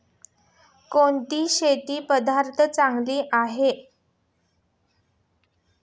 कोणती शेती पद्धती चांगली आहे?